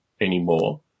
anymore